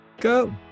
go